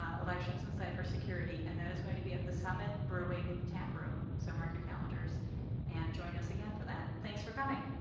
ah elections and cyber security and that is going to be at the summit brewing taproom. so, mark your calendars and join us again for that. thanks for coming.